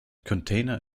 container